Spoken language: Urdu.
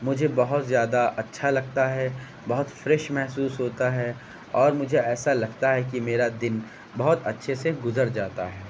مجھے بہت زیادہ اچھا لگتا ہے بہت فریش محسوس ہوتا ہے اور مجھے ایسا لگتا ہے کہ میرا دن بہت اچھے سے گزر جاتا ہے